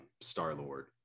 Star-Lord